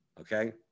Okay